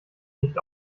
nicht